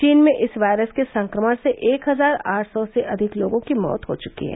चीन में इस वायरस के संक्रमण से एक हजार आठ सौ से अधिक लोगों की मौत हो चुकी है